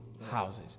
houses